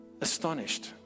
astonished